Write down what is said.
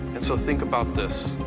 and so think about this.